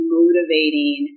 motivating